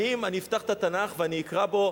האם כשאני אפתח את התנ"ך ואני אקרא בו: